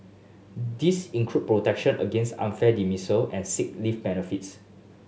this include protection against unfair dismissal and sick leave benefits